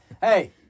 Hey